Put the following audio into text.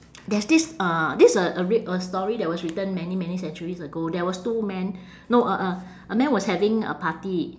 there's this uh this a a r~ a story that was written many many centuries ago there was two men no a a a man was having a party